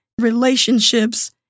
relationships